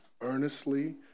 earnestly